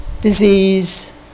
disease